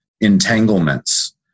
entanglements